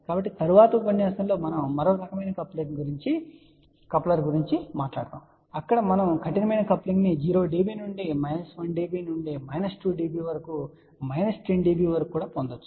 కాబట్టి తరువాతి ఉపన్యాసంలో మనం మరొక రకమైన కప్లర్ గురించి మాట్లాడుతాము అక్కడ మనం కఠినమైన కప్లింగ్ ను 0 dB నుండి మైనస్ 1 dB నుండి మైనస్ 2 dB వరకు మైనస్ 10 dB వరకు పొందవచ్చు